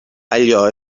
allò